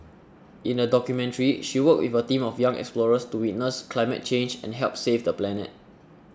in the documentary she worked with a team of young explorers to witness climate change and help save the planet